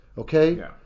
Okay